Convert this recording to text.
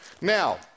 Now